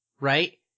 right